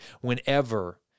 whenever